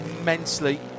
immensely